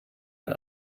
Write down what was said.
ein